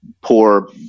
poor